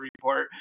report